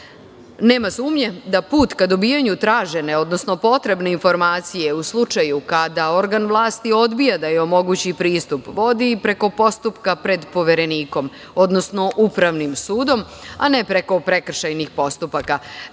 sumnje da put ka dobijanju tražene, odnosno potrebne informacije u slučaju kada organ vlasti odbija da omogući pristup, vodi preko postupka pred Poverenikom, odnosno Upravnim sudom, a ne preko prekršajnih postupaka.